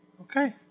Okay